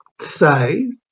say